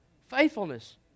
Faithfulness